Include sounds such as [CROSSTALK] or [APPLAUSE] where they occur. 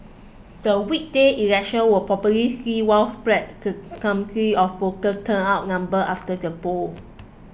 the weekday election will probably see widespread [UNINTELLIGIBLE] of voter turnout number after the poll